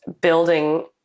building